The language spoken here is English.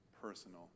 personal